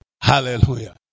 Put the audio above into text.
Hallelujah